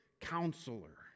counselor